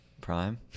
prime